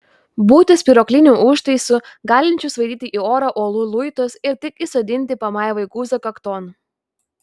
būti spyruokliniu užtaisu galinčiu svaidyti į orą uolų luitus ir tik įsodinti pamaivai guzą kakton